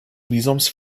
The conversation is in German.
visums